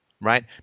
right